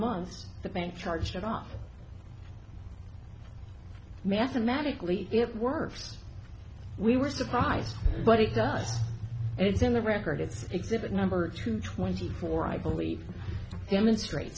months the man charged off mathematically it worse we were surprised but it does and it's in the record it's exhibit number two twenty four i believe demonstrate